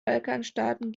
balkanstaaten